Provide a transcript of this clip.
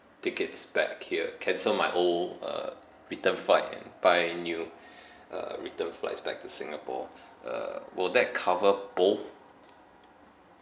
tickets back here cancel my old uh return flight and buy new uh return flights back to singapore uh will that cover both